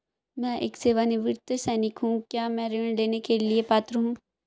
मैं एक सेवानिवृत्त सैनिक हूँ क्या मैं ऋण लेने के लिए पात्र हूँ?